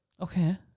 Okay